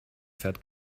fährt